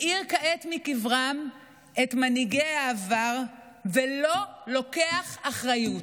מעיר כעת מקברם את מנהיגי העבר ולא לוקח אחריות.